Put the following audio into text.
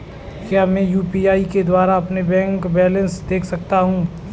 क्या मैं यू.पी.आई के द्वारा अपना बैंक बैलेंस देख सकता हूँ?